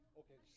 okay